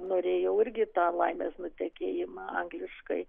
norėjau irgi tą laimės nutekėjimą angliškai